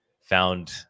found